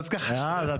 אתה